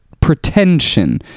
pretension